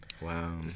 Wow